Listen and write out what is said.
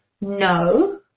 no